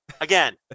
Again